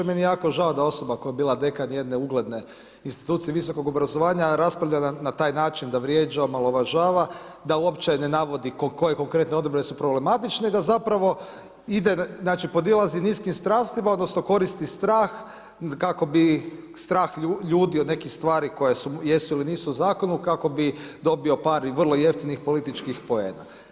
Meni je jako žao da osoba koja je bila dekan jedne ugledne institucije visokog obrazovanja, raspravlja na taj način da vrijeđa, omalovažava, da uopće ne navodi koje konkretno odredbe su problematične, da zapravo podilazi niskim strastima odnosno koristi strah kako bi strah ljudi od nekih stvari koje su jesu ili nisu u zakonu kako bi dobio par vrlo jeftinih političkih poena.